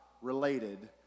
related